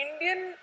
Indian